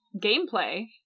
gameplay